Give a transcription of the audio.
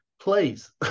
please